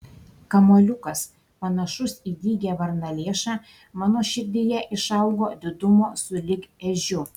kamuoliukas panašus į dygią varnalėšą mano širdyje išaugo didumo sulig ežiu